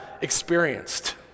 experienced